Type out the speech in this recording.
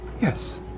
Yes